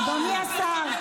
אתה ------ אדוני השר.